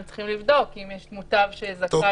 הם צריכים לבדוק אם יש מוטב שזכאי